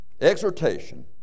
exhortation